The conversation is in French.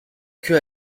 queue